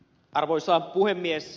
arvoisa puhemies